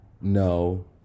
no